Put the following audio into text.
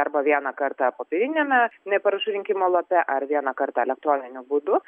arba vieną kartą popieriniame na parašų rinkimo lape ar vieną kartą elektroniniu būdu